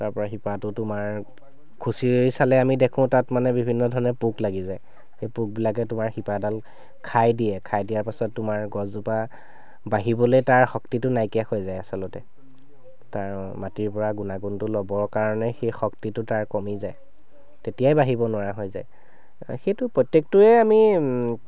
তাৰ পৰা শিপাটো তোমাৰ খুঁচি চালে আমি দেখোঁ তাত মানে বিভিন্ন ধৰণৰ পোক লাগি যায় সেই পোকবিলাকে তোমাৰ শিপাডাল খাই দিয়ে খাই দিয়া পাছত তোমাৰ গছজোপা বাঢ়িবলৈ তাৰ শক্তিটো নাইকিয়া হৈ যায় আচলতে তাৰ মাটিৰ পৰা গুণাগুণটো ল'বৰ কাৰণে সেই শক্তিটো তাৰ কমি যায় তেতিয়াই বাঢ়িব নোৱাৰা হৈ যায় সেইটো প্ৰত্যেকটোৱেই আমি